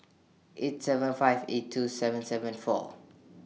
eight seven five eight two seven seven four